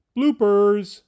Bloopers